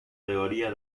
teoría